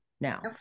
now